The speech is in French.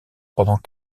pendant